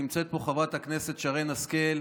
נמצאת פה חברת הכנסת שרן השכל,